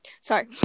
Sorry